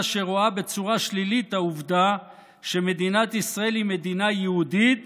שרואה בצורה שלילית את העובדה שמדינת ישראל היא מדינה יהודית